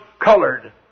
colored